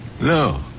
No